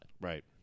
Right